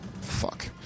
fuck